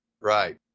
Right